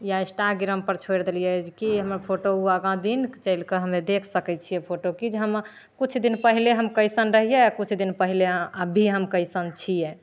या इन्स्टाग्रामपर छोड़ि देलिए जे कि हमर फोटो ओ आगाँ दिन चलिके हमे देखि सकै छिए फोटो कि जे हम किछुदिन पहिले हम कइसन रहिए आओर किछुदिन पहिले आओर अभी हम कइसन छिए